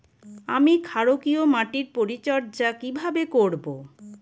আমি ক্ষারকীয় মাটির পরিচর্যা কিভাবে করব?